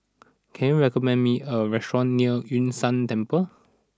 can you recommend me a restaurant near Yun Shan Temple